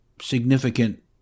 significant